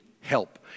help